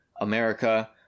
america